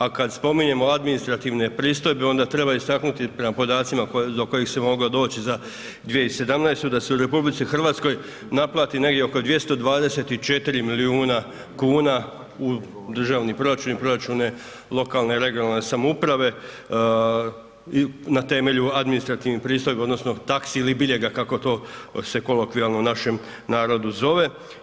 A kad spominjemo administrativne pristojbe, onda treba istaknuti prema podacima do kojih se moglo doći za 2017. da se u RH naplati negdje oko 224 milijuna kuna u državni proračun i proračune lokalne i regionalne samouprave i na temelju administrativnih pristojba, odnosno taksi ili biljega, kako to se kolokvijalno u našem narodu zove.